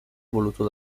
voluto